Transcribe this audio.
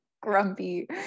grumpy